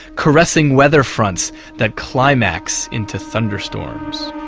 caressing weather fronts that climax into thunderstorms.